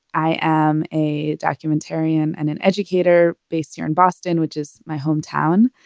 i am a documentarian and an educator based here in boston, which is my hometown.